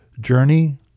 journey